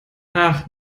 ach